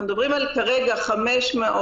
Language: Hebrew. אנחנו כרגע מדברים על 500 דגימות,